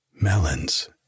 melons